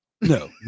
No